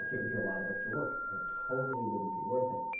it would be a lot of extra work and it totally wouldn't be worth it.